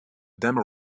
demo